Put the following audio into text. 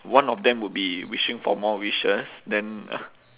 one of them would be wishing for more wishes then